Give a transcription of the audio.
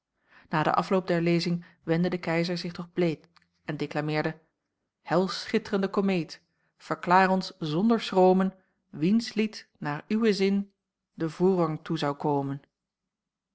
na den afloop der lezing wendde de keizer zich tot bleek en deklameerde helschitt'rende komeet verklaar ons zonder schromen wiens lied naar uwen zin de voorrang toe zoû komen